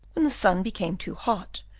when the sun became too hot,